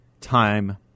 Time